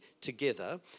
together